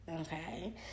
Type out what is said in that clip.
Okay